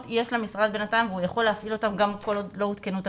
יש למשרד והוא יכול להפעיל אותן כל עוד לא הותקנו תקנות.